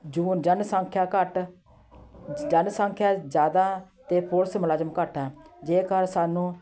ਜੋ ਜਨਸੰਖਿਆ ਘੱਟ ਜਨਸੰਖਿਆ ਜ਼ਿਆਦਾ ਅਤੇ ਪੁਲਿਸ ਮੁਲਾਜ਼ਮ ਘੱਟ ਹੈ ਜੇਕਰ ਸਾਨੂੰ